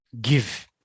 Give